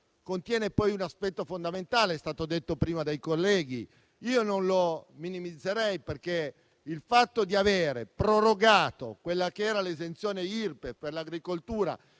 contiene poi un aspetto fondamentale - com'è stato detto prima dai colleghi - che non minimizzerei: il fatto di aver prorogato quella che era l'esenzione Irpef per l'agricoltura,